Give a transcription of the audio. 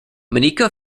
monika